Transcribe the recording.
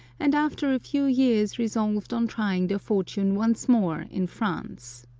and after a few years resolved on trying their fortune once more in france.